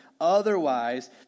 Otherwise